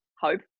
hope